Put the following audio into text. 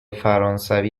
فرانسوی